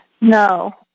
No